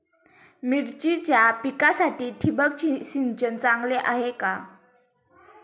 मिरचीच्या पिकासाठी ठिबक सिंचन चांगले आहे का?